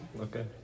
Okay